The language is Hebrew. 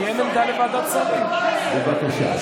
בבקשה.